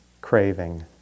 craving